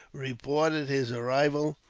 reported his arrival,